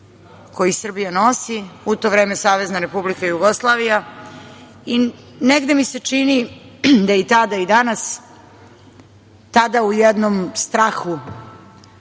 koji Srbija nosi, u to vreme Savezna Republika Jugoslavija. Čini mi se da i tada i danas, tada u jednom strahu